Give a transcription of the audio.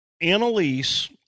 Annalise